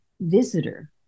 visitor